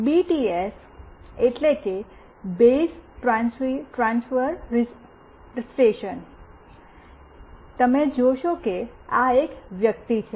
BTS એટલે base transceiver station તમે જોશો કે આ એક વ્યક્તિ છે